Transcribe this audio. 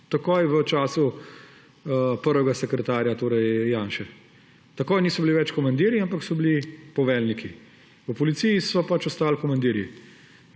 takoj v času prvega sekretarja, torej Janše. Takoj niso bili več komandirji, ampak so bili poveljniki. V policiji so ostali komandirji.